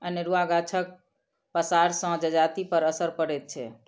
अनेरूआ गाछक पसारसँ जजातिपर असरि पड़ैत छै